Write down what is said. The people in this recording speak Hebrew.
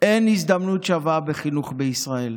אין הזדמנות שווה בחינוך בישראל.